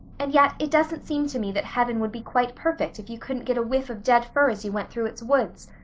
and yet it doesn't seem to me that heaven would be quite perfect if you couldn't get a whiff of dead fir as you went through its woods.